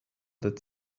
that